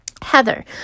Heather